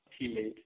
teammate